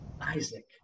Isaac